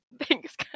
Thanks